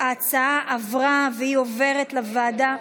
ההצעה עברה, והיא עוברת לוועדה,